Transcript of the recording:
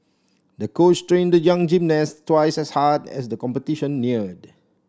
the coach trained the young gymnast twice as hard as the competition neared